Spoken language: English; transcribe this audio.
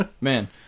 man